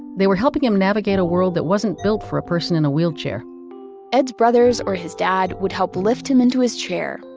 they were helping him navigate a world that wasn't built for a person in a wheelchair ed's brothers or his dad would help lift him into his chair,